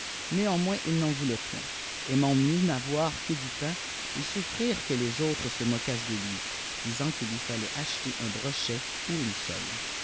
néanmoins il n'en von lait points ainnt mieux n'avoir que du pain et souffrir que les ali très se moqualsent de lui disant qu'il lui fallait acheter un brochet ou une sole